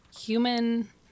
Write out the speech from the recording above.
human